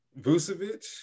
Vucevic